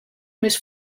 més